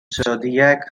zodiac